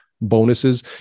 bonuses